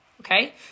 okay